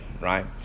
Right